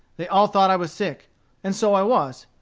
they all thought i was sick and so i was.